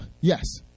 Yes